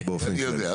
אני יודע.